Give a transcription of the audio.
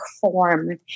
form